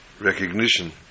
recognition